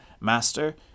Master